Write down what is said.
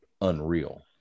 unreal